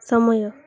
ସମୟ